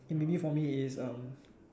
k maybe for me is uh